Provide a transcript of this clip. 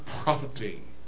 profiting